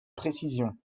précision